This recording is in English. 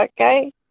okay